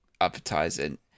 advertising